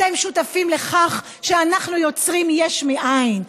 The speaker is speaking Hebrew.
אתם שותפים לכך שאנחנו יוצרים יש מאין.